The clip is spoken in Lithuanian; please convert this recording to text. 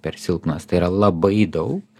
per silpnas tai yra labai daug